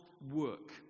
work